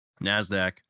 Nasdaq